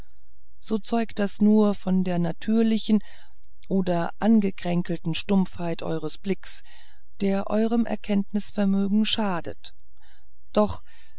so zeugt das nur von der natürlichen oder angekränkelten stumpfheit eures blicks der eurem erkenntnisvermögen schadet doch